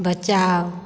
बचाओ